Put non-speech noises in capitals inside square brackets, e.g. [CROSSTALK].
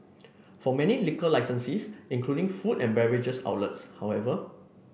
[NOISE] for many liquor licensees including food and beverage outlets however